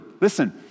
Listen